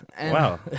wow